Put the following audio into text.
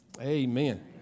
amen